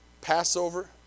Passover